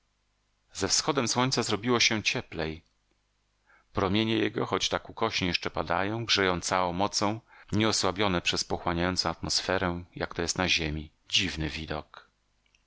ze wschodem słońca zrobiło się cieplej promienie jego choć tak ukośnie jeszcze padają grzeją całą mocą nie osłabione przez pochłaniającą atmosferę jak to jest na ziemi dziwny widok